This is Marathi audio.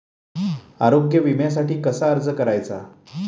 आरोग्य विम्यासाठी कसा अर्ज करायचा?